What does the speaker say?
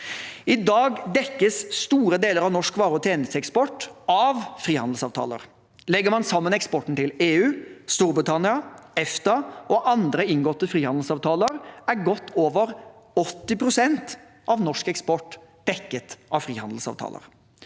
I dag dekkes store deler av norsk vare- og tjenesteeksport av frihandelsavtaler. Legger man sammen eksporten til EU, Storbritannia, EFTA og andre inngåtte frihandelsavtaler, er godt over 80 pst. av norsk eksport dekket av frihandelsavtaler.